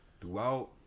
throughout